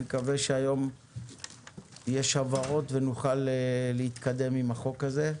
אני מקווה שהיום יש הבהרות ונוכל להתקדם עם החוק הזה.